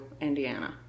Indiana